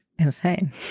Insane